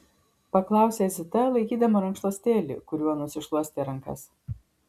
paklausė zita laikydama rankšluostėlį kuriuo nusišluostė rankas